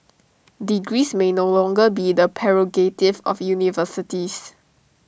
degrees may no longer be the prerogative of universities